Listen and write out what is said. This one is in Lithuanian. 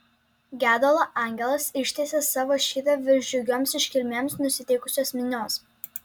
gedulo angelas ištiesė savo šydą virš džiugioms iškilmėms nusiteikusios minios